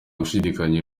gushidikanya